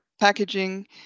packaging